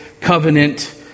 covenant